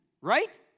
right